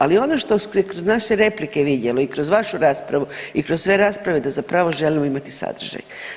Ali ono što se kroz naše replike vidjelo i kroz vašu raspravu i kroz sve rasprave da zapravo želimo imati sadržaj.